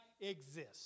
exist